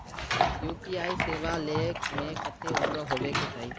UPI सेवा ले में कते उम्र होबे के चाहिए?